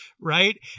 right